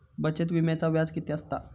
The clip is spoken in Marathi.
बचत विम्याचा व्याज किती असता?